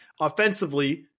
offensively